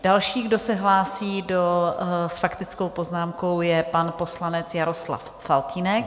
Další, kdo se hlásí s faktickou poznámkou, je pan poslanec Jaroslav Faltýnek.